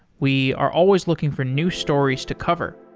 we are always looking for new stories to cover.